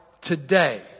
today